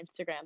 Instagram